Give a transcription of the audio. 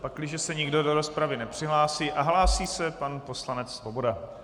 Pakliže se nikdo do rozpravy nepřihlásí a hlásí se pan poslanec Svoboda.